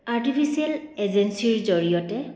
artificial ইন্টেলিজেন্সৰ জৰিয়তে